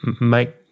make